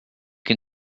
can